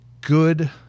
good